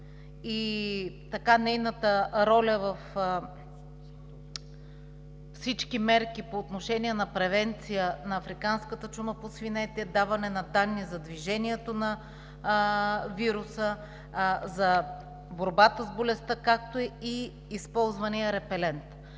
и нейната роля. Във всички мерки по отношение на превенция на африканската чума по свинете, даване на данни за движението на вируса, за борбата с болестта, както и използваният репелент,